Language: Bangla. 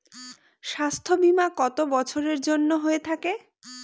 স্বাস্থ্যবীমা কত বছরের জন্য হয়ে থাকে?